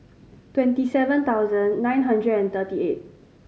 twenty seven thousand nine hundred and thirty eight